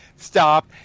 stop